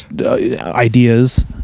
ideas